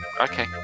Okay